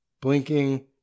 blinking